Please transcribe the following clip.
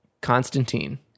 Constantine